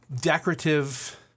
decorative